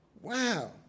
Wow